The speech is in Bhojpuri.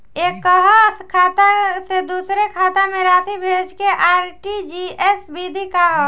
एकह खाता से दूसर खाता में राशि भेजेके आर.टी.जी.एस विधि का ह?